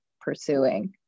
pursuing